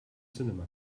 cinema